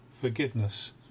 forgiveness